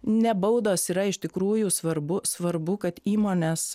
ne baudos yra iš tikrųjų svarbu svarbu kad įmonės